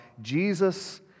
Jesus